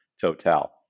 Total